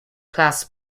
class